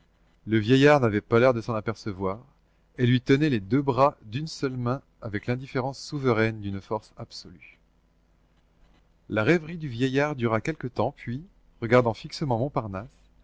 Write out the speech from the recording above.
le vieillard n'avait pas l'air de s'en apercevoir et lui tenait les deux bras d'une seule main avec l'indifférence souveraine d'une force absolue la rêverie du vieillard dura quelque temps puis regardant fixement montparnasse